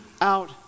out